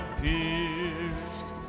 pierced